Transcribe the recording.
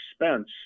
expense